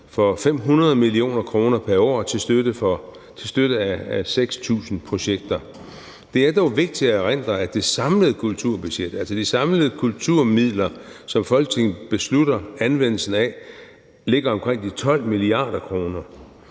for 500 mio. kr. pr. år til støtte af 6.000 projekter. Det er dog vigtigt at erindre, at det samlede kulturbudget, altså de samlede kulturmidler, som Folketinget beslutter anvendelsen af, ligger omkring de 12 mia. kr.,